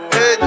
Hey